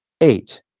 Eight